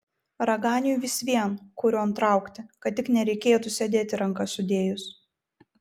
raganiui vis vien kurion traukti kad tik nereikėtų sėdėti rankas sudėjus